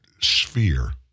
sphere